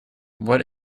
what